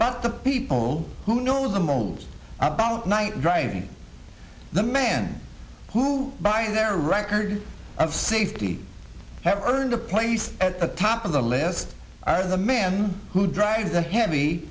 but the people who know the most about night drive the man who buying their records of safety have earned a place at the top of the lives of the man who drives a heavy